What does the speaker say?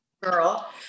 girl